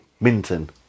Minton